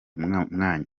mwanya